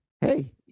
Hey